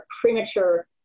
premature